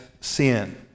sin